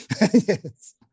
Yes